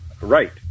Right